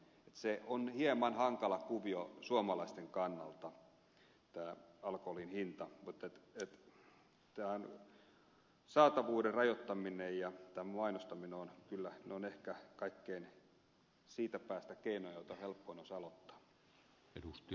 eli tämä alkoholin hinta on hieman hankala kuvio suomalaisten kannalta mutta alkoholin saatavuuden ja tämän mainostamisen rajoittaminen ovat ehkä niitä keinoja joista olisi kaikkein helpoin aloittaa